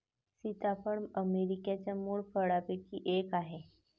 सीताफळ अमेरिकेच्या मूळ फळांपैकी एक आहे